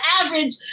average